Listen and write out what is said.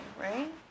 right